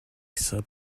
sub